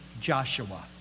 Joshua